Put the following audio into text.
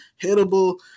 hittable